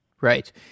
Right